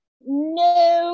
No